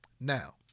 Now